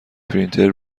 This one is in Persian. پرینتر